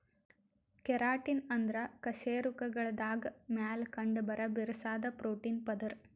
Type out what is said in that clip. keratin ಅಂದ್ರ ಕಶೇರುಕಗಳ್ದಾಗ ಮ್ಯಾಲ್ ಕಂಡಬರಾ ಬಿರ್ಸಾದ್ ಪ್ರೋಟೀನ್ ಪದರ್